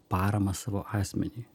paramą savo asmeniui